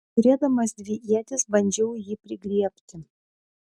turėdamas dvi ietis bandžiau jį prigriebti